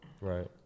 right